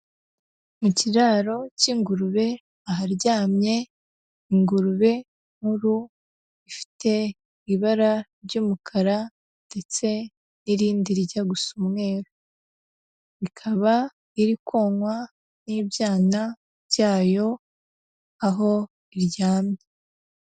Mu kiraro cy'ingurube aharyamye ingurube nkuru, ifite ibara ry'umukara, ndetse n'irindi rijya gusa umweru. Ikaba iri konkwa n'ibyana byayo, aho iryamye.